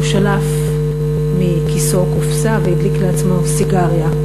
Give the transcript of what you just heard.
הוא שלף מכיסו קופסה והדליק לעצמו סיגריה,